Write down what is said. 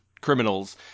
Criminals